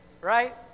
Right